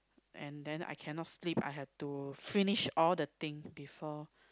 and then I cannot sleep I have to finish all the thing before